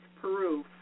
Peru